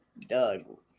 Doug